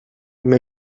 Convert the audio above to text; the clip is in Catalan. més